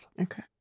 okay